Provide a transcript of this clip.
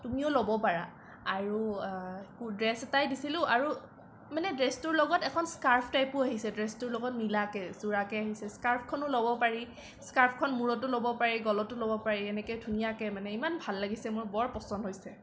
তুমিও ল'ব পাৰা আৰু ড্ৰেছ এটাই দিছিলোঁ আৰু মানে ড্ৰেছটোৰ লগত এখন স্কাৰ্ফ টাইপো আহিছে ড্ৰেছটোৰ লগত মিলাকৈ যোৰাকৈ আহিছে স্কাৰ্ফখনো ল'ব পাৰি স্কাৰ্ফখন মূৰতো ল'ব পাৰি গলটো ল'ব পাৰি এনেকৈ ধুনীয়াকৈ মানে ইমান ভাল লাগিছে মোৰ বৰ পচন্দ হৈছে